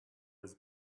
his